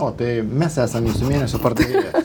o tai mes esam jūsų mėnesio pardavėjas